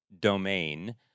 domain